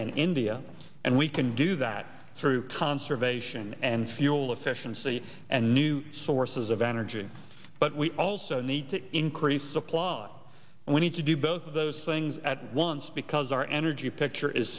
and india and we can do that through conservation and fuel efficiency and new sources of energy but we also need to increase supply and we need to do both of those things at once because our energy picture is